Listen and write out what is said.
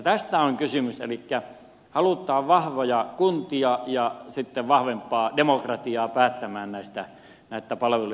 tästä on kysymys elikkä halutaan vahvoja kuntia ja sitten vahvempaa demokratiaa päättämään näistä palveluiden järjestämisistä